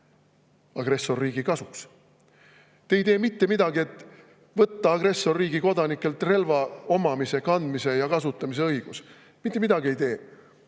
agressorriigi kasuks. Te ei tee mitte midagi, et võtta agressorriigi kodanikelt relva omamise, kandmise ja kasutamise õigus. Mitte midagi ei tee!